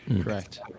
Correct